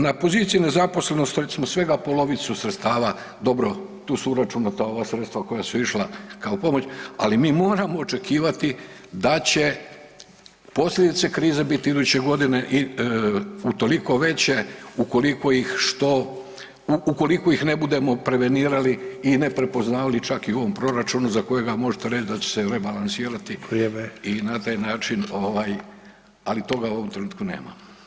Na poziciji nezaposlenost recimo svega polovicu sredstava, dobro tu su uračunata ova sredstva koja su išla kao pomoć, ali mi moramo očekivati da će posljedice krize bit iduće godine utoliko veće ukoliko ih što, ukoliko ih ne budemo prevenirali i ne prepoznavali čak i u ovom proračunu za kojega možete reć da će se rebalans … [[Govornik se ne razumije]] [[Upadica: Vrijeme]] i na taj način ovaj, ali toga u ovom trenutku nema.